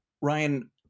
Ryan